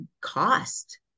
cost